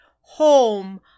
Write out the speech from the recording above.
home